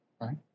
Right